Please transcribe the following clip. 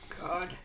god